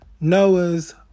Noah's